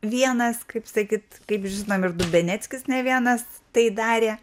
vienas kaip sakyt kaip žinom ir dubeneckis ne vienas tai darė